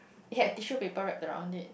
yes tissue paper right to the on it